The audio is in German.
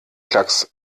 klacks